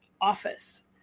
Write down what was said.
office